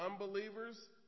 unbelievers